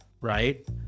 right